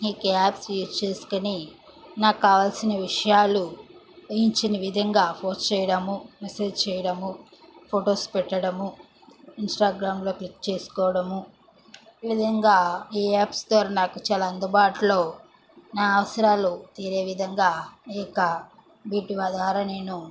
ఈ apps use చేసుకొని నాకు కావాల్సిన విషయాలు ఊహించిన విధంగా పోస్ట్ చేయడము మెసేజ్ చేయడము ఫొటోస్ పెట్టడము ఇంస్టాగ్రామ్లో క్లిక్ చేసుకోవడము ఈ విధంగా ఈ యాప్స్ ద్వారా నాకు చాలా అందుబాటులో నా అవసరాలు తీరే విధంగా ఈ యొక్క వీటి ద్వారా నేను